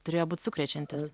turėjo būt sukrečiantis